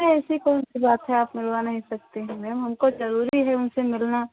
ऐसी कौन सी बात है आप मिलवा नहीं सकती हैं मैम हमको जरूरी है उनसे मिलना